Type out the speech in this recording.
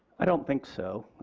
i don't think so.